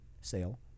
sale